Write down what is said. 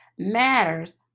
matters